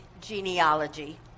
genealogy